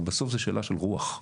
אבל בסוף זו שאלה של רוח.